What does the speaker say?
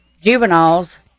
juveniles